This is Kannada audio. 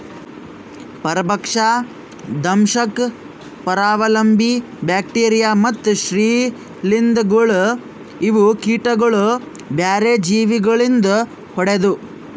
ಪರಭಕ್ಷ, ದಂಶಕ್, ಪರಾವಲಂಬಿ, ಬ್ಯಾಕ್ಟೀರಿಯಾ ಮತ್ತ್ ಶ್ರೀಲಿಂಧಗೊಳ್ ಇವು ಕೀಟಗೊಳಿಗ್ ಬ್ಯಾರೆ ಜೀವಿ ಗೊಳಿಂದ್ ಹೊಡೆದು